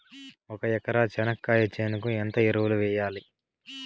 ఒక ఎకరా చెనక్కాయ చేనుకు ఎంత ఎరువులు వెయ్యాలి?